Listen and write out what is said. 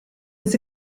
was